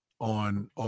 on